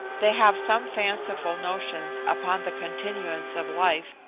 they have some fanciful notions upon the continuance of life,